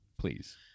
please